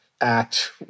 act